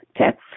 Okay